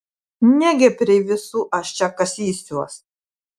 negi prie visų aš čia kasysiuos